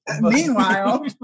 meanwhile